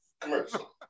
commercial